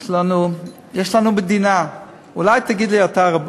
יש לנו יש לנו מדינה, אולי תגיד לי אתה,